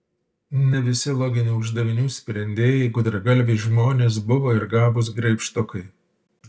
ne visi loginių uždavinių sprendėjai gudragalviai žmonės buvo ir gabūs graibštukai